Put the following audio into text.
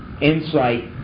insight